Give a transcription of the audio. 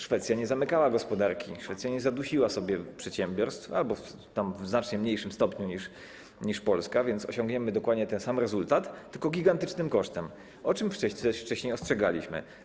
Szwecja nie zamykała gospodarki, Szwecja nie zadusiła sobie przedsiębiorstw, albo zrobiła to w znacznie mniejszym stopniu niż Polska, więc osiągniemy dokładnie ten sam rezultat, tylko gigantycznym kosztem, o czym wcześniej ostrzegaliśmy.